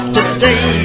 Today